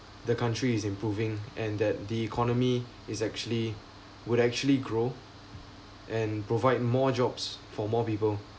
the country is improving and that the economy is actually would actually grow and provide more jobs for more people